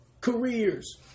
careers